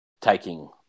taking